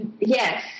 yes